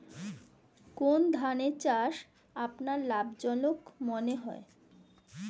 কোন ধানের চাষ আপনার লাভজনক মনে হয়?